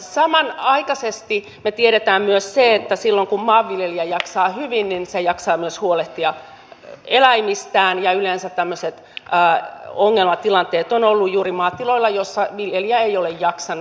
samanaikaisesti me tiedämme myös sen että silloin kun maanviljelijä jaksaa hyvin hän jaksaa myös huolehtia eläimistään ja yleensä tämmöiset ongelmatilanteet ovat olleet juuri maatiloilla joissa viljelijä ei ole jaksanut